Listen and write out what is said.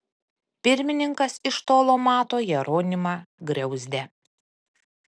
pirmininkas iš tolo mato jeronimą griauzdę